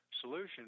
solution